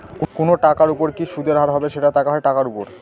কোনো টাকার উপর কি সুদের হার হবে, সেটা দেখা হয় টাকার উপর